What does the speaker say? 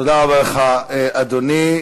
תודה רבה לך, אדוני.